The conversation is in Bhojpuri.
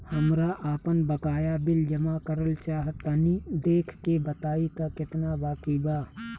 हमरा आपन बाकया बिल जमा करल चाह तनि देखऽ के बा ताई केतना बाकि बा?